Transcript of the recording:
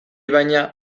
baina